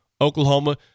Oklahoma